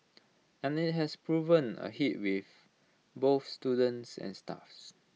and IT has proven A hit with both students and staffs